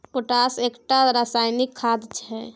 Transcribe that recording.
potash एकटा रासायनिक खाद छै